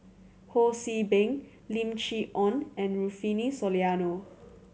Ho See Beng Lim Chee Onn and Rufino Soliano